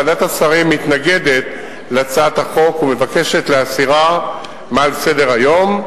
ועדת השרים מתנגדת להצעת החוק ומבקשת להסירה מסדר-היום.